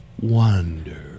Wonder